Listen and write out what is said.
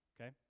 Okay